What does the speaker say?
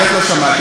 אני באמת לא שמעתי.